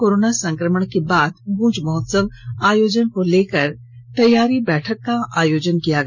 corona संक्रमण को बाद गूंज महोत्सव आयोजन को लेकर तैयारी बैठक का आयोजन किया गया